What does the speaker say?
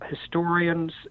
historians